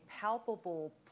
palpable